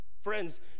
Friends